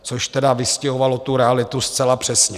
Což tedy vystihovalo tu realitu zcela přesně.